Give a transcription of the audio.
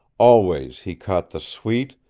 always he caught the sweet,